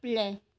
play